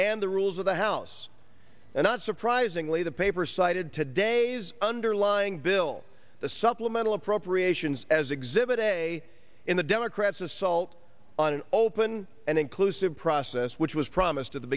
and the rules of the house and not surprisingly the paper cited today's underlying bill the supplemental appropriations as exhibit a in the democrats assault on an open and inclusive process which was promised at the